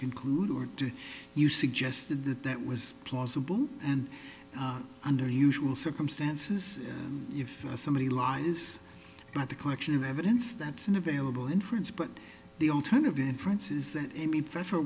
conclude or do you suggested that that was plausible and under usual circumstances and if somebody lies about the collection of evidence that's available in france but the alternative in france is that